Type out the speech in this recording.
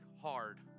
hard